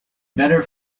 better